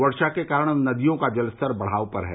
वर्षा के कारण नदियों का जलस्तर बढ़ाव पर है